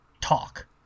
talk